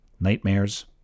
Nightmares